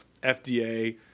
FDA